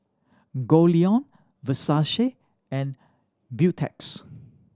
Goldlion Versace and Beautex